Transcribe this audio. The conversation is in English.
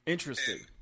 Interesting